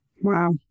Wow